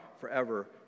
forever